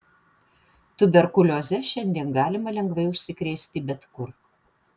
tuberkulioze šiandien galima lengvai užsikrėsti bet kur